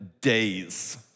days